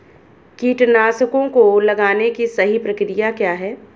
कीटनाशकों को लगाने की सही प्रक्रिया क्या है?